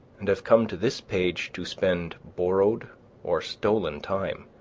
and have come to this page to spend borrowed or stolen time,